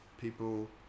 people